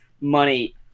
money